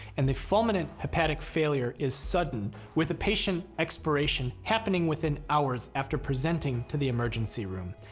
and the fulminant hepatic failure is sudden, with patient expiration happening within hours after presenting to the emergency room.